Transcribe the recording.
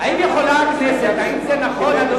האם זה נכון,